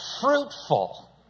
fruitful